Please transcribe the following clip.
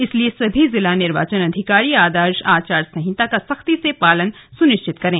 इसलिए सभी जिला निर्वाचन अधिकारी आदर्श आचार संहिता को सख्ती के साथ लागू करना सुनिश्चित करें